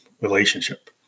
relationship